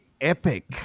epic